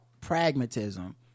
pragmatism